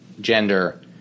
gender